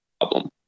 problem